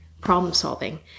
problem-solving